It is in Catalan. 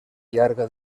llarga